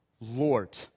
Lord